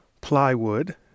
plywood